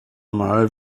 mal